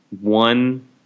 one